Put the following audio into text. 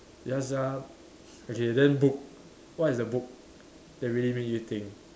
ya sia okay then book what is the book that really make you think